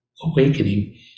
awakening